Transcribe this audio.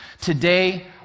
Today